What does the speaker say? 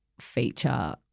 feature